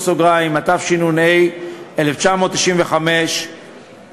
התשנ"ה 1995,